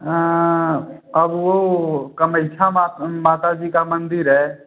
हाँ अब वह कम ईसा मा माता जी का मंदिर है